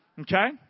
Okay